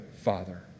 Father